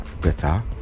better